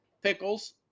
Pickles